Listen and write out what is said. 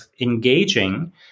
engaging